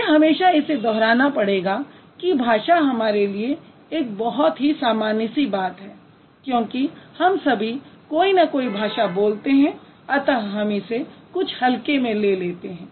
मुझे हमेशा इसे दोहराना पड़ेगा कि भाषा हमारे लिए एक बहुत ही सामान्य सी बात है क्योंकि हम सभी कोई न कोई भाषा बोलते हैं अतः हम इसे कुछ हल्के में ले लेते हैं